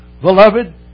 Beloved